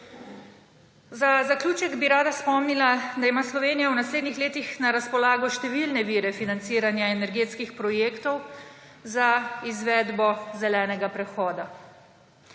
Za zaključek bi rada spomnila, da ima Slovenija v naslednjih letih na razpolago številne vire financiranja energetskih projektov za izvedbo zelenega prehoda.